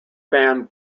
fan